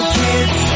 kids